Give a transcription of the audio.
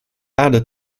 added